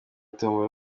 tombola